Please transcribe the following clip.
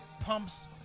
Pumps